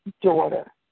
daughter